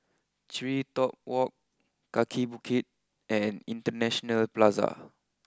TreeTop walk Kaki Bukit and International Plaza